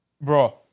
bro